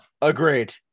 Agreed